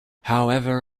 however